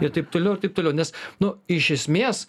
ir taip toliau ir taip toliau nes nu iš esmės